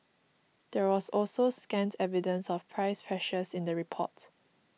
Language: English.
there was also scant evidence of price pressures in the report